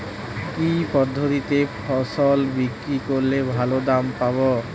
কি পদ্ধতিতে ফসল বিক্রি করলে ভালো দাম পাব?